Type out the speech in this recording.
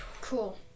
Cool